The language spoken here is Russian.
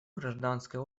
гражданское